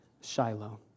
Shiloh